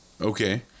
Okay